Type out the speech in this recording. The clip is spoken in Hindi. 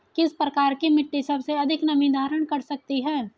किस प्रकार की मिट्टी सबसे अधिक नमी धारण कर सकती है?